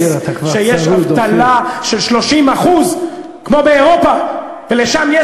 שיש אבטלה של 30% כמו באירופה ושם יש